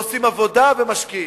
עושים עבודה ומשקיעים.